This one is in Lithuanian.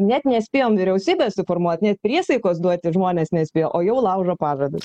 net nespėjom vyriausybės suformuot net priesaikos duoti žmonės nespėjo o jau laužo pažadus